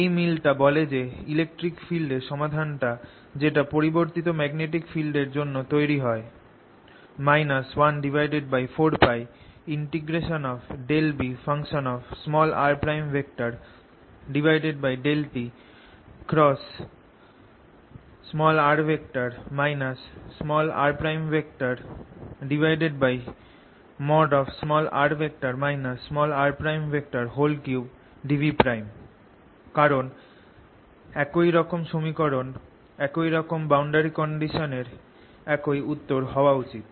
এই মিলটা বলে যে ইলেকট্রিক ফিল্ড এর সমাধানটা যেটা পরিবর্তিত ম্যাগনেটিক ফিল্ড এর জন্য তৈরি হয় 14π∂Br∂tr rr r3dV কারণ একই রকম সমীকরণ একই রকম বাউন্ডারি কন্ডিশন এর একই উত্তর হয়া উচিত